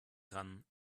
ran